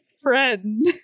friend